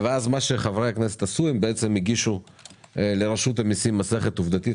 חברי הכנסת הגישו לרשות המיסים מסכת עובדתית